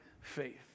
faith